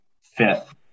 fifth